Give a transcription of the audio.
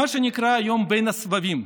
מה שנקרא היום "בין הסבבים",